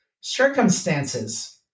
circumstances